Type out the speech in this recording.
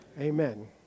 Amen